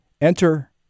Enter